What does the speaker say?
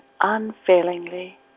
unfailingly